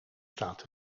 staat